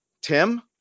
Tim